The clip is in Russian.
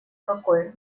какой